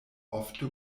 ofte